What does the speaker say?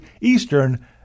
Eastern